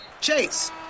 Chase